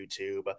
YouTube